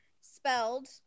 spelled